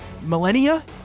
millennia